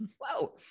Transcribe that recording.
whoa